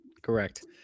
Correct